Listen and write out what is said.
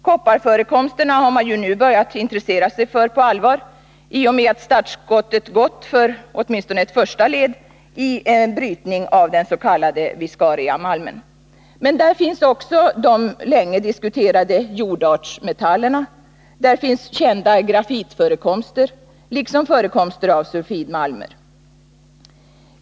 Kopparförekomsterna har man ju nu börjat intressera sig för på allvar i och med att startskottet gått för åtminstone ett första led i en brytning av dens.k. Viscariamalmen. Men där finns också de länge diskuterade jordartsmetallerna, där finns kända grafitförekomster liksom också förekomster av sulfidmalmer.